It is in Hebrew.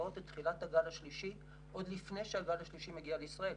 לזהות את תחילת הגל השלישי עוד לפני שהגל השלישי מגיע לישראל.